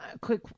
quick